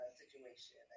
situation